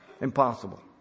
Impossible